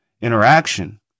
interaction